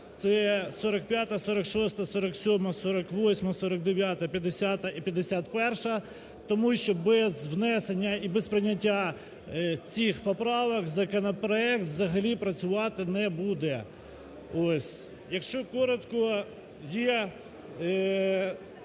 це 45, 46, 47, 48, 49, 50 і 51-а. Тому що без внесення і без прийняття цих поправок законопроект взагалі працювати не буде. Якщо коротко, є